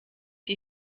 die